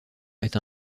est